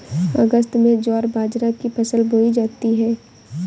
अगस्त में ज्वार बाजरा की फसल बोई जाती हैं